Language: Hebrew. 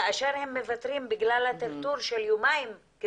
כאשר הם מוותרים בגלל הטרטור של יומיים בהסעה